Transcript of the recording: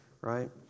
right